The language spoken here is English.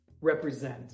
represent